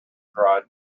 cried